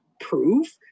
proof